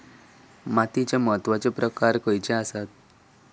मातीचे महत्वाचे प्रकार खयचे आसत?